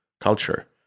culture